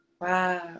Wow